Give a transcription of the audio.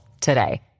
today